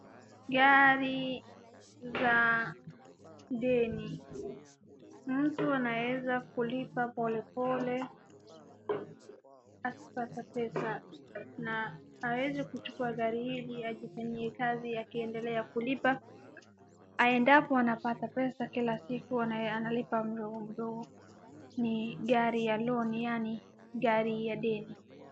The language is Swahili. Gari za deni . Mtu anaweza kulipa pole pole akipata pesa na aweze kuchukua gari hili alifanyie kazi akiendelea kulipa na endapo anapata pesa kila siku analipa mdogo mdogo. Ni gari ya loni yaani gari ya deni.